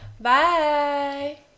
Bye